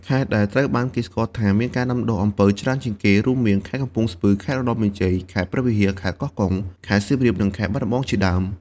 ខេត្តដែលត្រូវបានគេស្គាល់ថាមានការដាំដុះអំពៅច្រើនជាងគេ រួមមាន ខេត្តកំពង់ស្ពឺ ខេត្តឧត្តរមានជ័យ ខេត្តព្រះវិហារ ខេត្តកោះកុង ខេត្តសៀមរាប និងខេត្តបាត់ដំបងជាដើម។